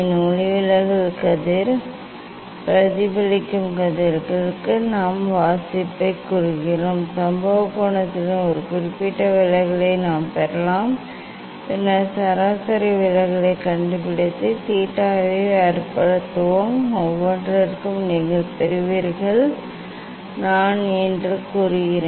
ஒளிவிலகல் கதிர்கள் பிரதிபலித்த கதிர்களுக்கு நாம் வாசிப்பை எடுக்க வேண்டும் சம்பவ கோணத்திற்கு ஒரு குறிப்பிட்ட விலகலை நாம் பெறலாம் பின்னர் சராசரி விலகலைக் கண்டுபிடித்து தீட்டா ஐ அர்த்தப்படுத்துவேன் ஒவ்வொன்றிற்கும் நீங்கள் பெறுவீர்கள் என்று நான் நினைக்கிறேன்